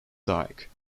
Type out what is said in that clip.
dyke